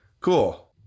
Cool